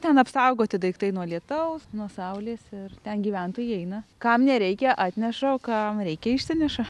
ten apsaugoti daiktai nuo lietaus nuo saulės ir ten gyventojai eina kam nereikia atneša o kam reikia išsineša